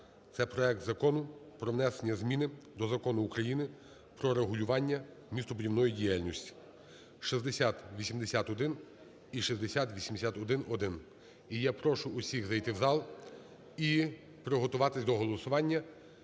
це проект Закону про внесення зміни до Закону України "Про регулювання містобудівної діяльності" (6081 і 6081-1). І я прошу всіх зайти у зал і приготуватись до голосування.